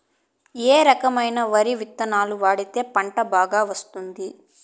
ఏ రకమైన వరి విత్తనాలు వాడితే పంట బాగా వస్తుంది?